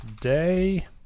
day